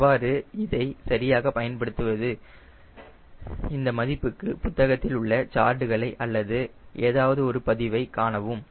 எவ்வாறு இதை சரியாக பயன்படுத்துவது இந்த மதிப்புக்கு புத்தகத்தில் உள்ள இந்த சார்ட்களை அல்லது ஏதாவது ஒரு பதிவை காணவும்